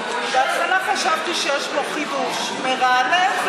בהתחלה חשבתי שיש פה חידוש מרענן,